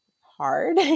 hard